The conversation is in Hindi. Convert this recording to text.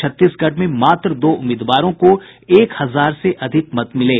छत्तीसगढ़ में मात्र दो उम्मीदवारों को एक हजार से अधिक मत मिले